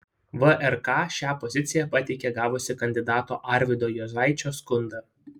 vrk šią poziciją pateikė gavusi kandidato arvydo juozaičio skundą